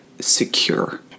secure